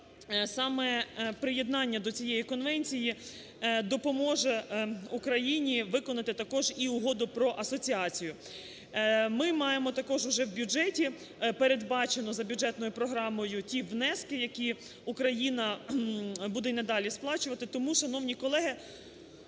саме приєднання до цієї конвенції допоможе Україні виконати також і Угоду про асоціацію. Ми маємо також, вже в бюджеті передбачено за бюджетною програмою ті внески, які Україна буде і надалі сплачувати. Тому, шановні колеги,